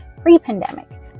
pre-pandemic